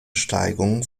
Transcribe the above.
steigung